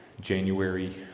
January